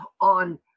on